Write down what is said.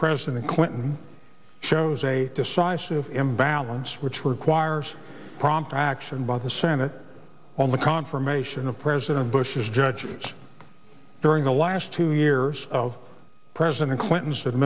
president clinton shows a decisive imbalance which requires prompt action by the senate on the confirmation of president bush's judges during the last two years of president clinton